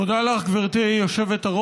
תודה לך, גברתי היושבת-ראש.